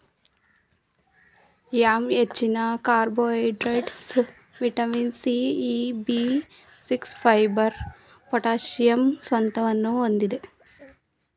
yam ಹೆಚ್ಚಿನ carbohydrates, vitamin C, E, B six, fibre, potassium ಸತ್ವಗಳನ್ನು ಹೊಂದಿದೆ